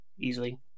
easily